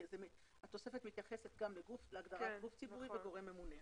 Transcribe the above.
התוספת מתייחסת גם להגדרת גוף ציבורי וגורם ממונה.